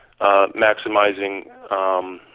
maximizing